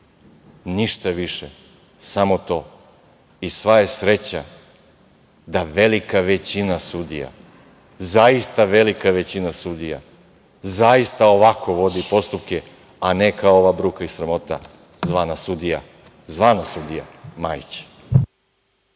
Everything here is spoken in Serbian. Ništa više, samo to i sva je sreća da velika većina sudija, zaista velika većina sudija, zaista ovako vodi postupke, a ne kao ova bruka i sramota zvana sudija Majić.